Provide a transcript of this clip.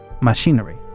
machinery